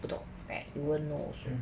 不懂 right you won't know also